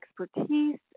expertise